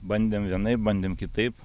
bandėm vienaip bandė kitaip